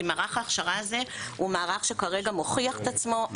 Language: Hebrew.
כי מערך ההכשרה הזה הוא מערך שכרגע מוכיח את עצמו,